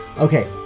Okay